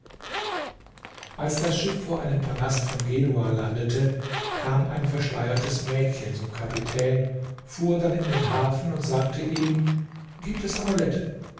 als das schiff vor einem palast von genua landete kam ein verschleiertes mädchen zum kapitän fuhr dann in den hafen und sagte ihm gib das